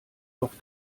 doch